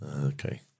Okay